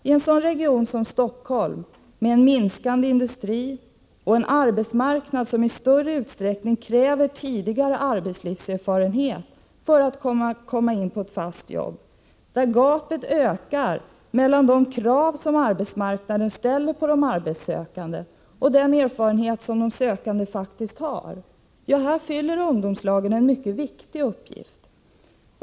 I en sådan region som Stockholm — med en krympande industri och en arbetsmarknad som i större utsträckning kräver tidigare arbetslivserfarenhet för att ungdomar skall komma in på fasta jobb, där gapet ökar mellan de krav som arbetsmarknaden ställer på de arbetssökande och den erfarenhet som de sökande faktiskt har — fyller ungdomslagen en mycket viktig uppgift.